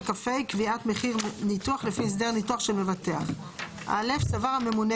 קביעת מחיר ניתוח לפי הסדר ניתוח של מבטח 78כה (א) סבר הממונה,